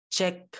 check